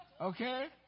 Okay